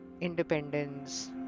independence